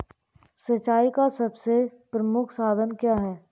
सिंचाई का सबसे प्रमुख साधन क्या है?